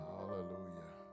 Hallelujah